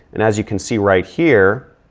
and as you can see right here,